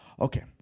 Okay